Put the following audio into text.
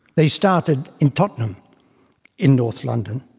they started in tottenham in north london.